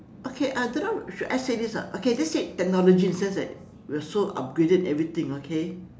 okay I don't know should I say this ah okay let's say technology in a sense that we are so upgraded in everything okay